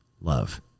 love